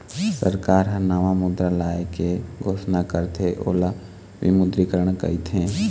सरकार ह नवा मुद्रा लाए के घोसना करथे ओला विमुद्रीकरन कहिथें